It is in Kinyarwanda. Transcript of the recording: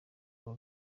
uru